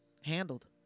handled